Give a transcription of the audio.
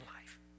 life